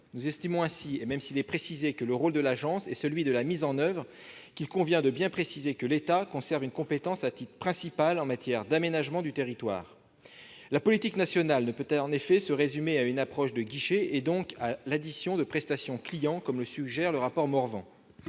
Nous estimons ainsi, et même s'il est précisé que le rôle de l'agence est celui de la mise en oeuvre, qu'il convient de bien préciser que l'État conserve une compétence à titre principal en matière d'aménagement du territoire. La politique nationale ne peut en effet se résumer à une approche de guichet et donc à l'addition de prestations clients, comme le suggère le rapport Morvan.